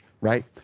right